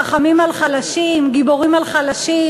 חכמים על חלשים, גיבורים על חלשים,